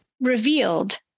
revealed